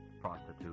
prostitute